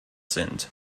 sind